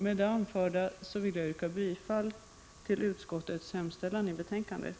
Med det anförda vill jag yrka bifall till utskottets hemställan i betänkandet.